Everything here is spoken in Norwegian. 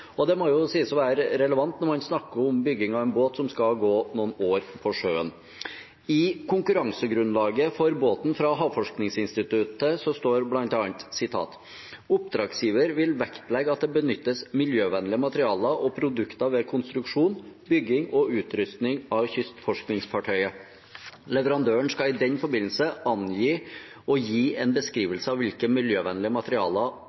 Det må jo sies å være relevant når man snakker om bygging av en båt som skal gå noen år på sjøen. I konkurransegrunnlaget for båten fra Havforskningsinstituttet står det bl.a.: «Oppdragsgiver vil vektlegge at det benyttes miljøvennlige materialer og produkter ved konstruksjon, bygging og utrustning av kystforskningsfartøyet. Leverandøren skal i den forbindelse angi og gi en beskrivelse av hvilke miljøvennlige materialer